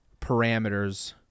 parameters